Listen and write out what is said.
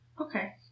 Okay